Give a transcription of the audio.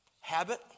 habit